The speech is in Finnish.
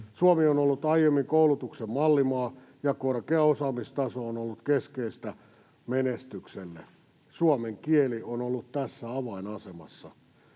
Suomi on ollut aiemmin koulutuksen mallimaa ja korkea osaamistaso on ollut keskeistä menestykselle. Suomen kieli on ollut tässä avainasemassa.